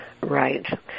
Right